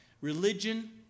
religion